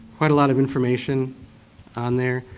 quite a lot of information on there.